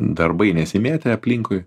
darbai nesimėtė aplinkui